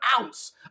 ounce